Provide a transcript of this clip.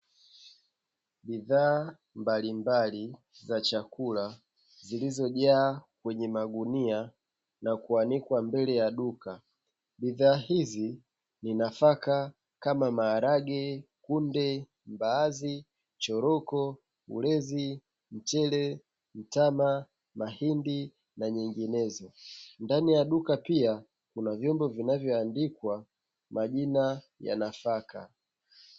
Bidhaa mbalimbali za chakula zilizojaa kwenye magunia na kuanikwa mbele ya duka, bidhaa hizi ni nafaka kama: maharage, kunde, mbaazi, choroko, ulezi, mchele, mtama, mahindi na nyinginezo, ndani ya duka pia kuna vyombo vinavyoandikwa majina ya nafaka.